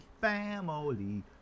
Family